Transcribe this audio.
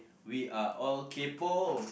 we are all kpo